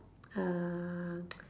uh